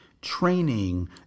training